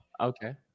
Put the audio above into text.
Okay